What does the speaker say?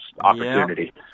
opportunity